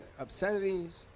obscenities